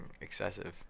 excessive